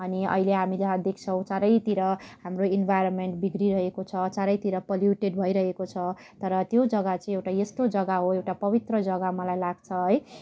अनि अहिले हामी जहाँ देख्छौँ चारैतिर हाम्रो इन्भाइरोमेन बिग्रिरहेको छ चारैतिर पल्युटेट भइरहेको छ तर त्यो जगा चैँ एउटा यस्तो जगा हो एउटा पबित्र जगा मलाई लाग्छ है